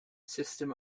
system